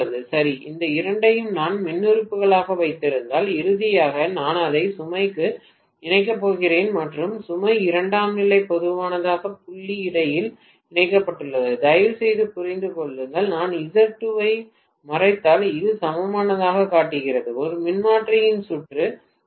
சரி இந்த இரண்டையும் நான் மின்மறுப்புகளாக வைத்திருந்தால் இறுதியாக நான் அதை சுமைக்கு இணைக்கப் போகிறேன் மற்றும் சுமை இரண்டாம் நிலை பொதுவான புள்ளிக்கு இடையில் இணைக்கப்பட்டுள்ளது தயவுசெய்து புரிந்து கொள்ளுங்கள் நான் Z2 ஐ மறைத்தால் இது சமமானதைக் காட்டுகிறது ஒரு மின்மாற்றியின் சுற்று 1